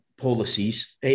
policies